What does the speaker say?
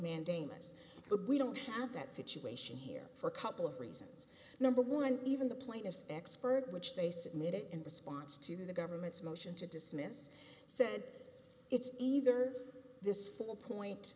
mandamus but we don't have that situation here for a couple of reasons number one even the plainest expert which they submitted in response to the government's motion to dismiss said it's either this four point